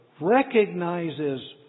recognizes